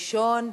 הראשונה,